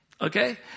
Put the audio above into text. okay